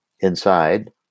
inside